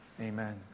Amen